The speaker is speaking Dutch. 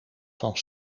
van